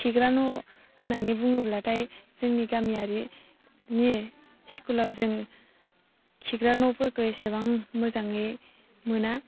खिग्रा न' होन्नानै बुङोब्लाथाय जोंनि गामियारिनि स्कुलाव जों खिग्रा न'फोरखौ इसेबां मोजाङै मोना